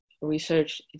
research